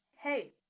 hey